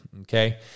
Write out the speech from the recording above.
Okay